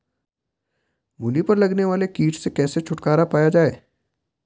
मूली पर लगने वाले कीट से कैसे छुटकारा पाया जाये?